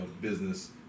business